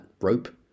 rope